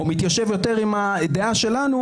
או מתיישב יותר עם הדעה שלנו,